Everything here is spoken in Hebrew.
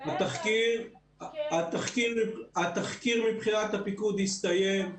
התחקיר מבחינת הפיקוד הסתיים,